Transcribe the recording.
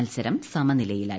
മത്സരം സമനിലയായി